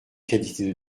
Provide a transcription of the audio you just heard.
qualité